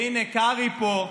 הינה קרעי פה.